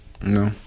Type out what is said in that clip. No